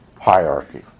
Hierarchy